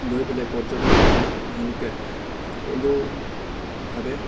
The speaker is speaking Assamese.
লৈ পেলাই পৰ্যটকসকলক তেওঁলোকে সকলোভাৱে